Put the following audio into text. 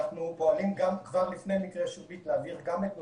אנחנו פועלים כבר לפני מקרה שירביט להעביר גם את הנושא.